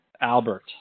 Albert